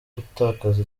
gutakaza